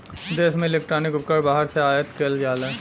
देश में इलेक्ट्रॉनिक उपकरण बाहर से आयात किहल जाला